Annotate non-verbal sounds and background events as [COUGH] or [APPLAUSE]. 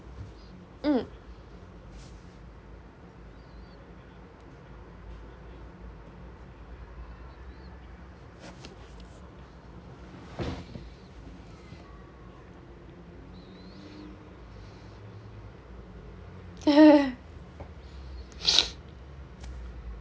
mm [LAUGHS] [BREATH]